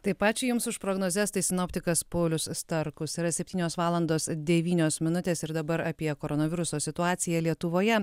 taip ačiū jums už prognozes tai sinoptikas paulius starkus yra septynios valandos devynios minutės ir dabar apie koronaviruso situaciją lietuvoje